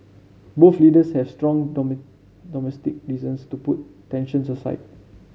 both leaders have strong domestic reasons to put tensions aside